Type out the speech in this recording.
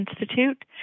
Institute